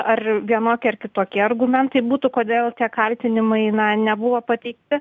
ar vienokie ar kitokie argumentai būtų kodėl tie kaltinimai na nebuvo pateikti